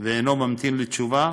ואינו ממתין לתשובה